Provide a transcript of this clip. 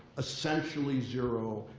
essentially zero.